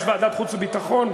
יש ועדת החוץ והביטחון?